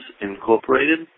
Incorporated